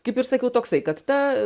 kaip ir sakiau toksai kad ta